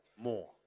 more